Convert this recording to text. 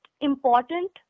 important